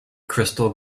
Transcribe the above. crystal